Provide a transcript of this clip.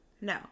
No